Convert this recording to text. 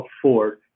afford